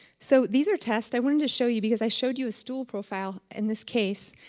so these are tests. i wanted to show you, because i showed you a stool profile in this case,